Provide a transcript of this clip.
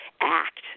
act